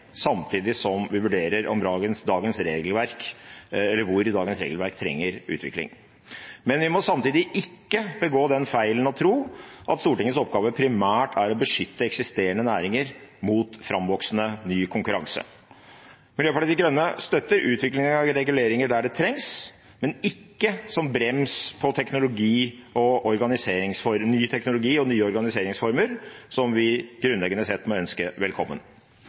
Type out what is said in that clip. samtidig som vi vurderer hvor dagens regelverk trenger utvikling. Men vi må samtidig ikke begå den feilen å tro at Stortingets oppgave primært er å beskytte eksisterende næringer mot framvoksende ny konkurranse. Miljøpartiet De Grønne støtter utvikling av reguleringer der det trengs, men ikke som brems på ny teknologi og nye organiseringsformer, som vi grunnleggende sett må ønske velkommen.